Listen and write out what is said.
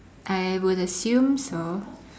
I would assume so